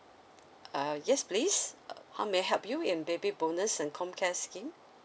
uh yes please uh how may I help you in baby bonus and comcare scheme